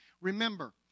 Remember